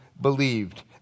believed